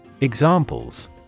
Examples